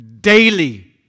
Daily